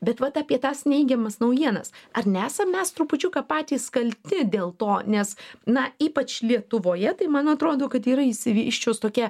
bet vat apie tas neigiamas naujienas ar nesam mes trupučiuką patys kalti dėl to nes na ypač lietuvoje tai man atrodo kad yra išsivysčius tokia